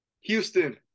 Houston